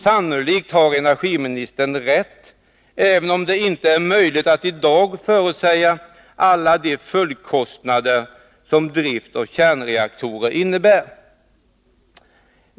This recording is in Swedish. Sannolikt har energiministern rätt, även om det inte är möjligt att i dag förutsäga alla de följdkostnader som drift av kärnreaktorer innebär.